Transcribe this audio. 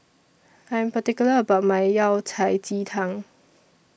I'm particular about My Yao Cai Ji Tang